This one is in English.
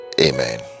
amen